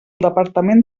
departament